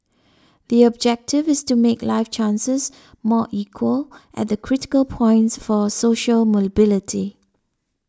the objective is to make life chances more equal at the critical points for social mobility